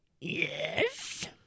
Yes